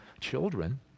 children